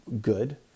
good